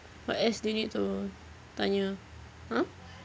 what else do you need to tanya